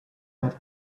that